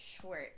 short